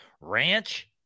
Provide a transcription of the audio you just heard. Ranch